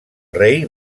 rei